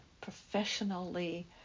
professionally